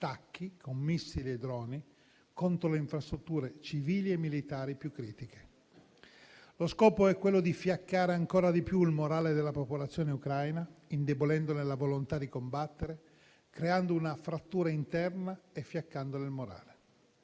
attacchi con missili e droni contro le infrastrutture civili e militari più critiche. Lo scopo è quello di fiaccare ancora di più il morale della popolazione ucraina, indebolendone la volontà di combattere, creando una frattura interna e fiaccandone il morale.